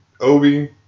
Obi